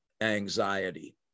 anxiety